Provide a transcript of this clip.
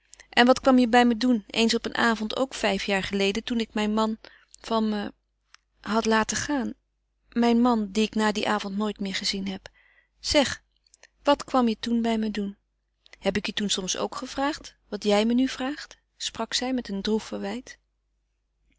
en wat kwam je bij me doen eens op een avond ook vijf jaar geleden toen ik mijn man van me had laten gaan mijn man dien ik na dien avond nooit meer gezien heb zeg wat kwam je toen bij me doen heb ik je toen soms ook gevraagd wat je me nu vraagt sprak zij met een droef verwijt